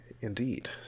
Indeed